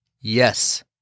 Yes